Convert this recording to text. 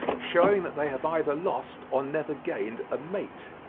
shewing that they have either lost or never gained a mate.